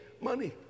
money